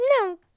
No